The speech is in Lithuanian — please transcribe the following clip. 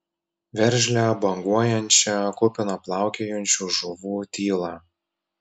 veržlią banguojančią kupiną plaukiojančių žuvų tylą